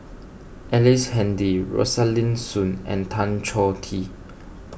Ellice Handy Rosaline Soon and Tan Choh Tee